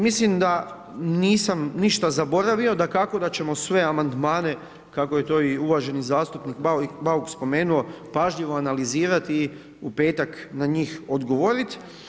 Mislim da nisam ništa zaboravio, dakako da ćemo sve amandmane, kako je to i uvaženi zastupnik Bauk spomenuo, pažljivo analizirati i u petak na njih odgovorit.